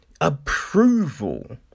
approval